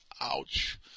Ouch